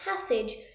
passage